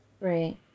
Right